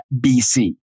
BC